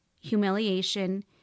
humiliation